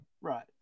Right